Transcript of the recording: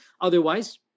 Otherwise